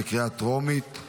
בקריאה טרומית.